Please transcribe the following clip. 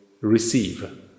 receive